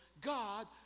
God